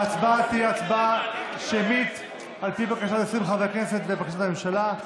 ההצבעה תהיה הצבעה שמית על פי בקשת 20 חברי כנסת ובקשת הממשלה.